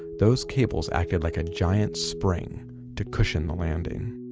those cables acted like a giant spring to cushion the landing.